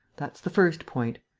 that's the first point.